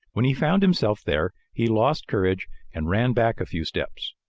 when he found himself there, he lost courage and ran back a few steps.